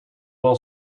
will